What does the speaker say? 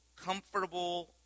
comfortable